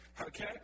okay